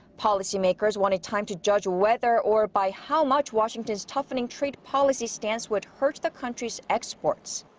policymakers wanted time to judge whether or by how much washington's toughening trade policy stance would hurt the country's exports.